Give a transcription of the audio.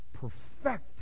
perfect